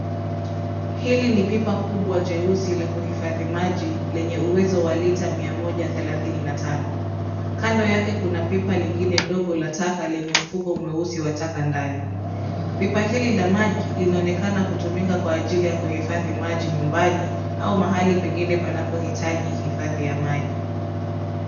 Hili ni pipa kubwa jeusi la kuhifadhi maji lenye uwezo wa lita mia moja thelathini na tano ,kando yake kuna pipa lingine dogo la taka lenye mfuko mweusi wa taka ndani ,pipa hili la maji linaonekana kutumika kwa ajili ya kuhifadhi maji nyumbani au mahali pengine panapohitaji hifadhi ya maji.